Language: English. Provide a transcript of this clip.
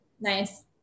Nice